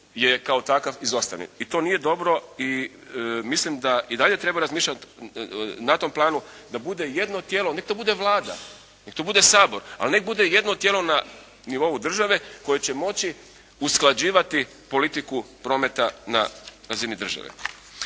je kao takav izostao i to nije dobro i mislim da i dalje treba razmišljati na tom planu da bude jedno tijelo, neka to bude Vlade, neka to bude Sabor, ali neka bude jedno tijelo na nivou države koje će moći usklađivati politiku prometa na razini države.